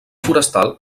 forestal